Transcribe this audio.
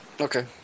Okay